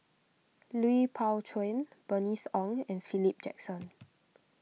Lui Pao Chuen Bernice Ong and Philip Jackson